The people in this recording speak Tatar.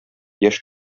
яшь